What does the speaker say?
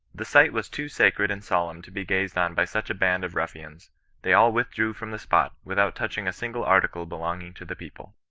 the sight was too sacred and solemn to be gazed on by such a band of ruffians they all withdrew from the spot, without touching a single article belonging to the people.